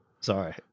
Sorry